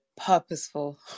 Purposeful